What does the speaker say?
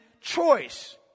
choice